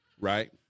right